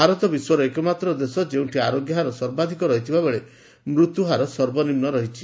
ଭାରତ ବିଶ୍ୱର ଏକମାତ୍ର ଦେଶ ଯେଉଁଠି ଆରୋଗ୍ୟହାର ସର୍ବାଧିକ ରହିଥିବାବେଳେ ମୃତ୍ୟୁହାର ସର୍ବନିମ୍ନ ରହିଛି